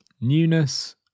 Newness